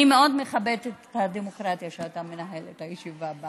אני מאוד מכבדת את הדמוקרטיה שבה אתה מנהל את הישיבה.